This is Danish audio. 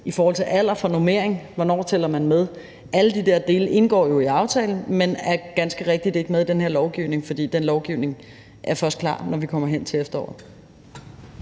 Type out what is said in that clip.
lederandel, alder for normering, og hvornår man tæller med, så indgår alle de dele jo i aftalen, men er ganske rigtigt ikke med i den her lovgivning, fordi den lovgivning først er klar, når vi kommer hen til efteråret.